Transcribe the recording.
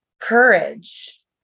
courage